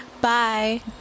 Bye